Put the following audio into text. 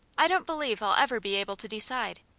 i don't believe i'll ever be able to decide,